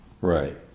Right